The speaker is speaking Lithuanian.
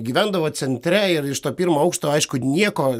gyvendavo centre ir iš to pirmo aukšto aišku nieko